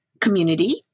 community